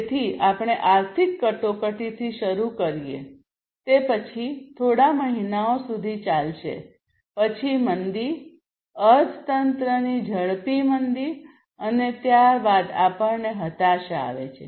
તેથી આપણે આર્થિક કટોકટીથી શરૂ કરીએ તે પછી તે થોડા મહિનાઓ સુધી ચાલશે પછી મંદી અર્થતંત્રની ઝડપી મંદી અને ત્યારબાદ આપણને હતાશા આવે છે